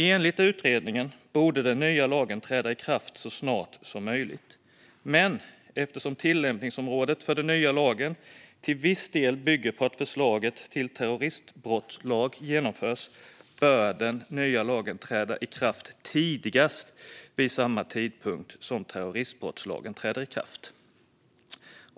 Enligt utredningen borde den nya lagen träda i kraft så snart som möjligt, men eftersom tillämpningsområdet för den nya lagen till viss del bygger på att förslaget till terroristbrottslag genomförs bör den nya lagen träda i kraft tidigast vid samma tidpunkt som terroristbrottslagen träder i kraft.